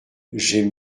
j’aime